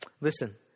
Listen